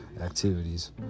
activities